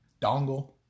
Dongle